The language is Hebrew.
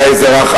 לאזרח.